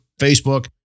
Facebook